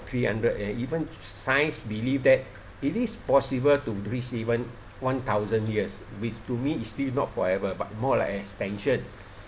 three hundred and even science believe that it is possible to breeze even one thousand years which to me is still not forever but more like extension